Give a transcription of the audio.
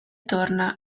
torna